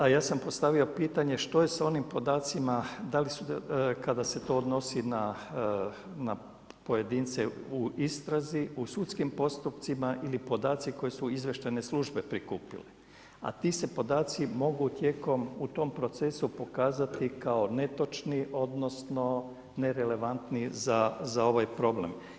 A ja sam postavio pitanje, što je sa onim podacima, da li su, kada se to odnosi na pojedince u istrazi u sudskim postupcima ili podaci koje su izvještajne službe prikupile, a ti se podaci mogu tijekom u tom procesu pokazati kao netočni, odnosno, nerelevantni za ovaj problem.